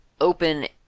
open